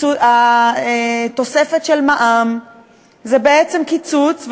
התוספת של מע"מ זה בעצם קיצוץ,